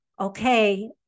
okay